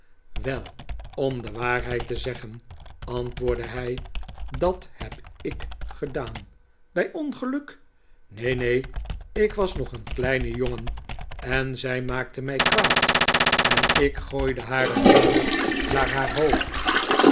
wel om de waarheid te zeggen antwoordde hij dat heb ik gedaan bij ongeluk neen neen ik was nog een kleine jongen en zij maakte mij kwaad en ik gooide haar een hamer naar haar hoofd